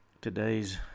Today's